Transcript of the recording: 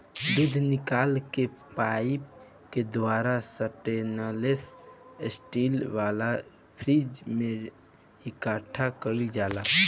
दूध निकल के पाइप के द्वारा स्टेनलेस स्टील वाला फ्रिज में इकठ्ठा कईल जाला